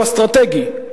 הוא אסטרטגי.